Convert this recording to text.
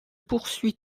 poursuit